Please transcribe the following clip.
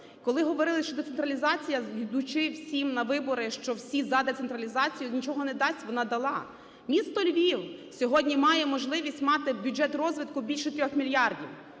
Коли говорили, що децентралізація, йдучи всі на вибори, що всі за децентралізацію, нічого не дасть – вона дала. Місто Львів сьогодні має можливість мати бюджет розвитку більше 3 мільярдів.